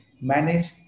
manage